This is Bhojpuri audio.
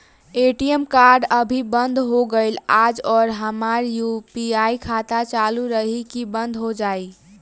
ए.टी.एम कार्ड अभी बंद हो गईल आज और हमार यू.पी.आई खाता चालू रही की बन्द हो जाई?